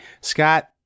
Scott